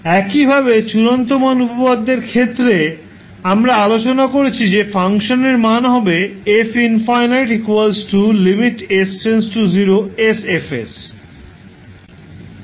একইভাবে চূড়ান্ত মান উপপাদ্য এর ক্ষেত্রে আমরা আলোচনা করেছি যে ফাংশনের মান হবে